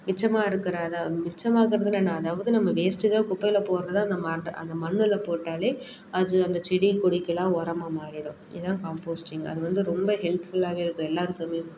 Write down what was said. மிச்சமாக இருக்கிற அதுதான் மிச்சமாகிறதுனா என்ன அதாவது நம்ம வேஸ்ட்டை தான் குப்பையில் போடுறத நம்ம அட் அந்த மண்ணில் போட்டாலே அது அந்த செடி கொடிக்கெலாம் உரமா மாறிடும் இதான் காம்போஸ்டிங் அது வந்து ரொம்ப ஹெல்ப்ஃபுல்லாகவே இருக்கும் எல்லாருக்குமே